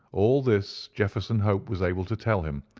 all this jefferson hope was able to tell him,